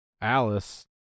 Alice